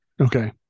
okay